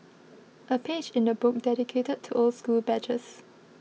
a page in the book dedicated to old school badges